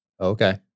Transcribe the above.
Okay